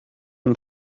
and